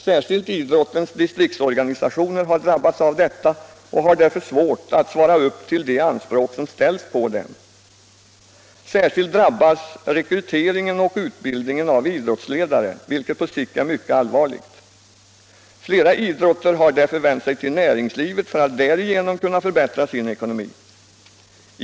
Särskilt idrottens di striktsorganisationer har drabbats av detta och har därför svårt att svara = Nr 29 upp mot de anspråk som ställs på dem. Särskilt drabbas rekryteringen Onsdagen den och utbildningen av idrottsledare, vilket på sikt är mycket allvarligt. 26 november 1975 Flera idrotter har därför vänt sig till näringslivet för att därigenom kunna förbättra sin ekonomi.